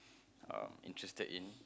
um interested in